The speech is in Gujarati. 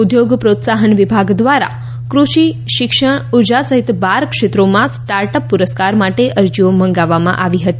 ઉદ્યોગ પ્રોત્સાહન વિભાગ દ્વારા કૃષિ શિક્ષણ ઉર્જા સહિત બાર ક્ષેત્રોમાં સ્ટાર્ટઅપ પુરસ્કાર માટે અરજીઓ મંગાવવામાં આવી હતી